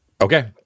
Okay